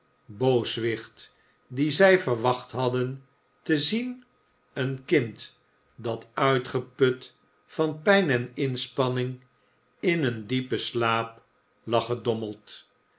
booswicht dien zij verwacht hadden te zien een kind dat uitgeput van pijn en inspanning in een diepen slaap lag gedompeld